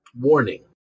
warning